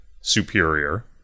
superior